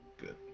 good